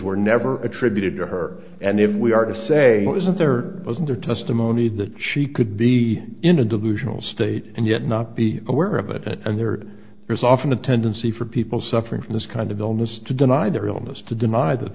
were never attributed to her and if we are to say what isn't there wasn't her testimony that she could be in a delusional state and yet not be aware of it and there is often a tendency for people suffering from this kind of illness to deny their illness to deny that